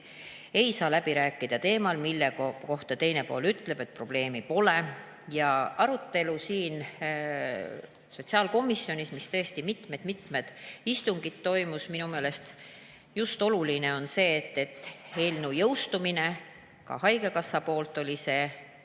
ei saa läbi rääkida teemal, mille kohta teine pool ütleb, et probleemi pole. Arutelu sotsiaalkomisjonis, mis tõesti mitmed istungid toimus. Minu meelest just oluline on see, et eelnõu jõustumine – ka haigekassal oli selleks